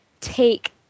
take